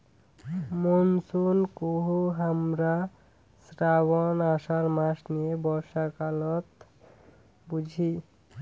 monsoon কহু হামরা শ্রাবণ, আষাঢ় মাস নিয়ে বর্ষাকালত বুঝি